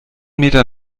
meter